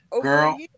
Girl